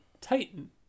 Titan